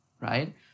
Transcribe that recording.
right